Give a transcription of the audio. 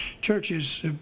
churches